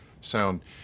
sound